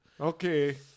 Okay